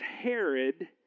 Herod